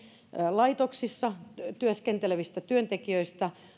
laitoksissa työskentelevistä työntekijöistä